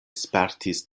spertis